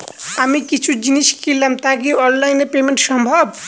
আমি কিছু জিনিস কিনলাম টা কি অনলাইন এ পেমেন্ট সম্বভ?